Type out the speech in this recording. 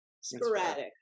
sporadic